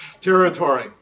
territory